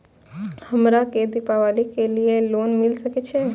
हमरा के दीपावली के लीऐ लोन मिल सके छे?